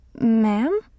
Ma'am